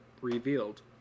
revealed